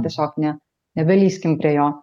tiesiog ne nebelįskim prie jo